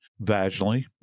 vaginally